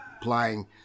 playing